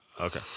Okay